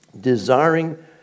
desiring